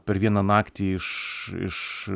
per vieną naktį iš iš